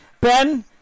Ben